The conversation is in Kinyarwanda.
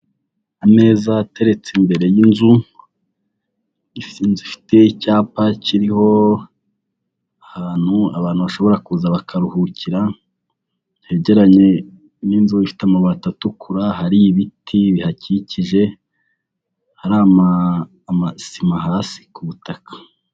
Ameza ateretse imbere y'inzu, inzu ifite icyapa kiriho ahantu abantu bashobora kuza bakaruhukira, hegeranye n'inzu ifite amabati atukura, hari ibiti bihakikije, hari amasima hasi ku butaka.